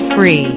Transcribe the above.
free